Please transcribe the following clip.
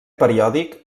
periòdic